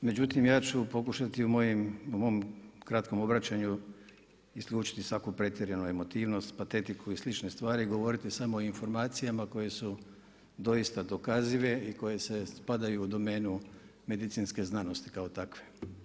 Međutim, ja ću pokušati u mom kratkom obraćanju isključiti svaku pretjeranu emotivnost, patetiku i slične stvari i govoriti samo o informacijama koje su doista dokazive i koje spadaju u domenu medicinske znanosti kao takve.